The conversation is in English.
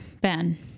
Ben